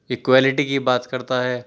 equality کی بات کرتا ہے